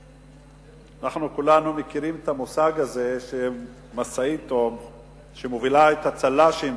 אנחנו כולנו מכירים את המושג הזה שמשאית מובילה את הצל"שים